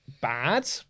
bad